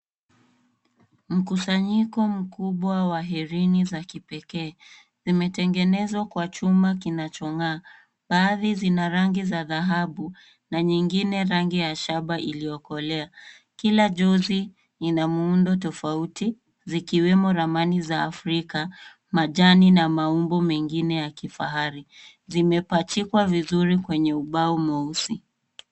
Mkusanyiko mkubwa wa herini za kipekee. Vimetengenezwa kwa chuma kinachong'aa. Baadhi zina rangi kidhahabu na nyingine rangi ya shaba iliyokolea. Kila jozi lina muundo tofauti zikiwemo ramani za Afrika, majani na maumbo mengine ya kifahari. Zimepachikwa vizuri kwenye ubao mweusi.